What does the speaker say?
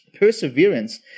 perseverance